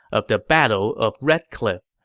of the battle of red cliff,